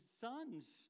sons